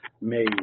made